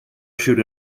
issued